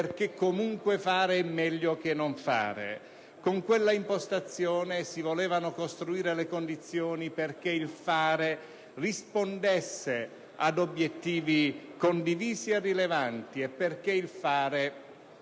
perché comunque fare è meglio che non fare. Con quella impostazione si volevano costruire le condizioni perché il fare rispondesse ad obiettivi condivisi e rilevanti e perché si agisse